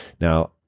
Now